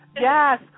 Yes